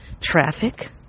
Traffic